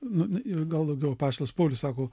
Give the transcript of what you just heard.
nu nu gal daugiau apaštalas paulius sako